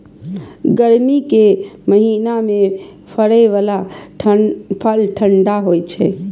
गर्मी के महीना मे फड़ै बला फल ठंढा होइ छै